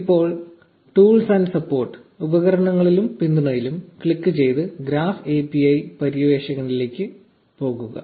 ഇപ്പോൾ tools and support ഉപകരണങ്ങളിലും പിന്തുണയിലും ക്ലിക്കുചെയ്ത് ഗ്രാഫ് API പര്യവേക്ഷകനിലേക്ക് പോകുക